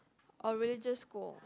a religious school